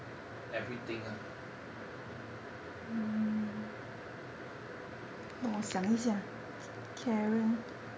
everything lah